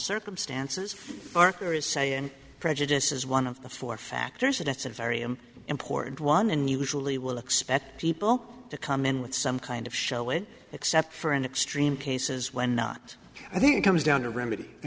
circumstances parker is saying prejudice is one of the four factors and it's a very i'm important one and usually will expect people to come in with some kind of show it except for in extreme cases when not i think comes down to remedy i